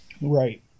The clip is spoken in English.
Right